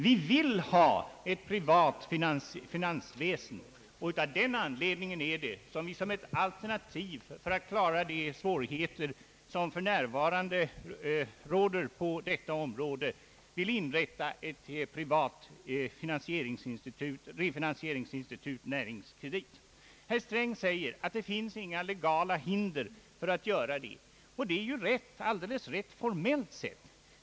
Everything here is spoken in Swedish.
Vi vill ha ett privat finansväsen, och av den anledningen är det som vi som ett alternativ för att klara de svårigheter som för närvarande råder på detta område vill inrätta ett finansieringsinstitut, Näringskredit. Herr Sträng säger att det inte finns några legala hinder för att göra det. Och det är alldeles rätt, formellt sett.